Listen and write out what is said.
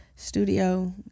studio